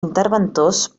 interventors